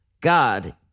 God